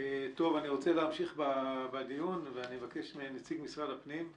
נציג משרד הפנים,